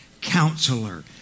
Counselor